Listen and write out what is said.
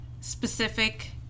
specific